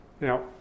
Now